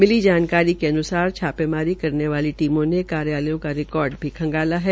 मिली जानकारी के अन्सार छापेमारी करने वाली टीमों ने कार्यालयों का रिकार्ड भी खंगाला है